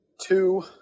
two